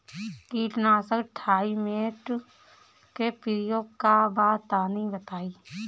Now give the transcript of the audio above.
कीटनाशक थाइमेट के प्रयोग का बा तनि बताई?